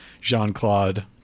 Jean-Claude